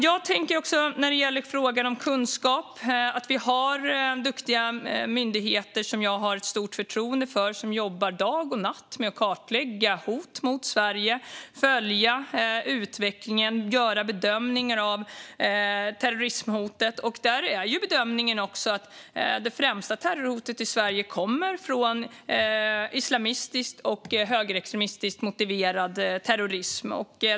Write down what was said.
Jag tänker också, när det gäller frågan om kunskap, att vi har duktiga myndigheter som jag har ett stort förtroende för och som jobbar dag och natt med att kartlägga hot mot Sverige, följa utvecklingen och göra bedömningar av hotet om terrorism. Där är bedömningen att det främsta terrorhotet i Sverige kommer från islamistiskt och högerextremistiskt motiverad terrorism.